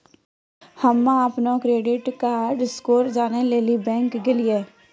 हम्म अपनो credit card score जानै लेली बैंक गेलियै